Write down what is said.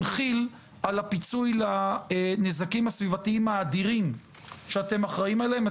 כי"ל על הפיצוי לנזקים הסביבתיים האדירים שאתם אחראים עליהם.